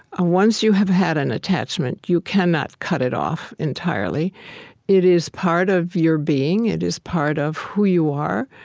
ah once you have had an attachment, you cannot cut it off entirely it is part of your being. it is part of who you are.